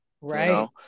Right